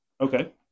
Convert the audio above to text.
Okay